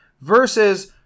versus